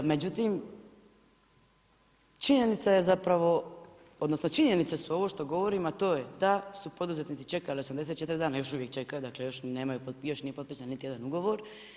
Međutim, činjenica je zapravo, odnosno činjenice su ovo što govorimo a to je da su poduzetnici čekali 84 dana i još uvijek čekaju, dakle još nemaju, još nije potpisan niti jedan ugovor.